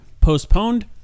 postponed